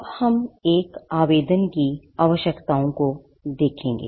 अब हम एक आवेदन की आवश्यकताओं को देखेंगे